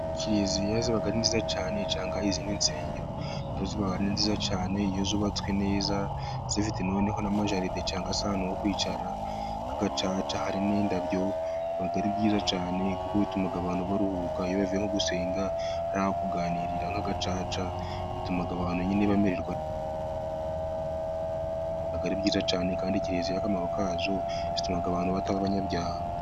Kiriziya ziba ari nziza cyane, cyangwa izindi nsengero, ni nziza cyane iyo zubatswe neza zifite noneho n'amajaride, cyangwa ahantu ho kwicara hagacaca hari n'indabo biba ari byiza cyane, kuko bituma abantu baruhuka, iyo bavuye gusenga hari aho kuganirira nk'agacaca, bituma abantu bamererwa neza, kandi kiriziya akamaro kazo zituma abantu bataba abanyabyaha.